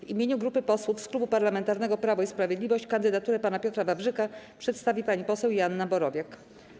W imieniu grupy posłów z Klubu Parlamentarnego Prawo i Sprawiedliwość kandydaturę pana Piotra Wawrzyka przedstawi pani poseł Joanna Borowiak.